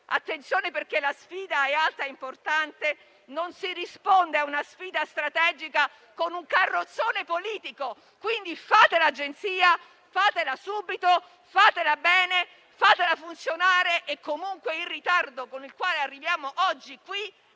Attenzione, però, perché la sfida è alta e importante e non si risponde a una sfida strategica con un carrozzone politico. Quindi fate l'Agenzia: fatela subito, fatela bene e fatela funzionare. In ogni caso, il ritardo con il quale arriviamo oggi qui